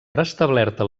restablerta